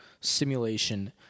simulation